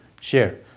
Share